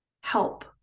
help